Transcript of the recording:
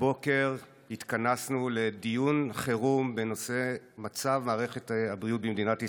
הבוקר התכנסנו לדיון חירום בנושא מצב מערכת הבריאות במדינת ישראל.